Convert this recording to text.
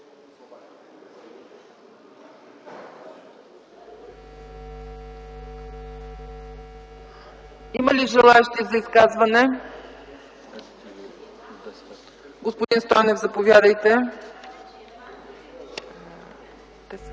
Има ли желаещи за изказвания? Господин Стойнев, заповядайте.